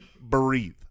breathe